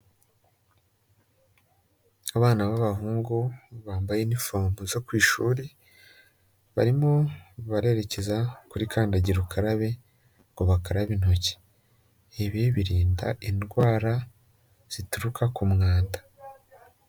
Abana b'abahungu bambaye inifomu zo ku ishuri, barimo barerekeza kuri kandagira ukarabe ngo bakarabe intoki, ibi birinda indwara zituruka ku mwanda.